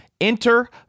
Enter